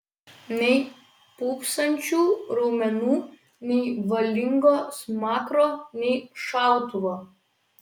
nei pūpsančių raumenų nei valingo smakro nei šautuvo